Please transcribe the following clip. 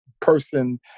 person